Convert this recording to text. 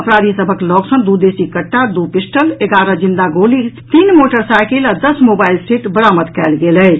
अपराधी सबहक लऽग यॅ दू देसी कट्टा दू पिस्टल एगारह जिंदा गोली तीन मोटरसाइकिल आ दस मोबाइल सेट बरामद कयल गेल अछि